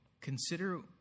Consider